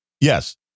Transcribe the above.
yes